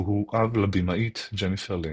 והוא אב לבמאית ג'ניפר לינץ'.